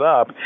up